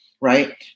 right